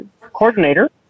coordinator